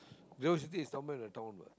those this is somewhere in the town what